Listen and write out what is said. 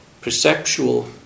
perceptual